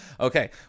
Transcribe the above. okay